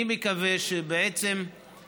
אני מקווה שבכך,